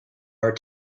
are